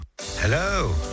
Hello